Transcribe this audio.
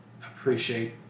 appreciate